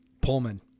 Pullman